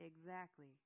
Exactly